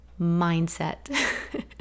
Mindset